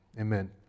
Amen